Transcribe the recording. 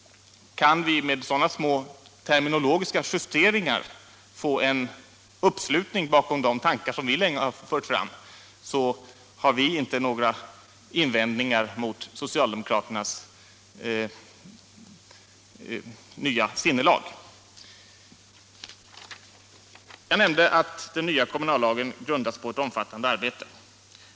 Kan vi med sådana små terminologiska justeringar få en uppslutning bakom de tankar som vi länge har fört fram har vi från vår sida inte några invändningar. Jag nämnde att den nya kommunallagen grundas på ett omfattande arbete.